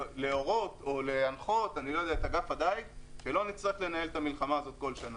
להורות או להנחות את אגף הדייג שלא נצטרך לנהל את המלחמה הזאת כל שנה.